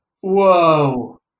whoa